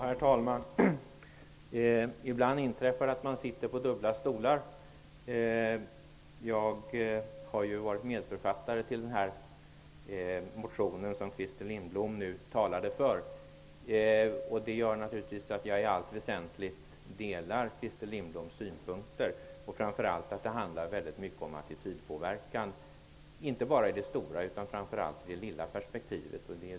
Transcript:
Herr talman! Ibland inträffar det att man sitter på dubbla stolar. Jag har varit medförfattare till den motion som Christer Lindblom talade för. Det gör naturligtvis att jag i allt väsentligt delar Christer Lindbloms synpunkter. Framför allt handlar det om attitydpåverkan inte bara i det stora utan även i det lilla perspektivet.